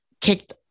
kicked